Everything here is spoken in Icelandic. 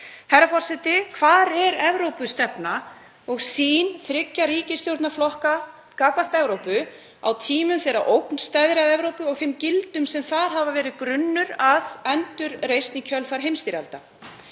Herra forseti. Hvar er Evrópustefna þriggja ríkisstjórnarflokka gagnvart Evrópu á tímum þegar ógn steðjar að Evrópu og þeim gildum sem verið hafa grunnur að endurreisn í kjölfar heimsstyrjalda?